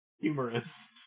humorous